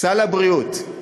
סל הבריאות,